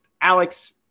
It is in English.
Alex